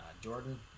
Jordan